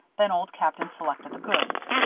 then old captain selected the goods.